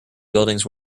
buildings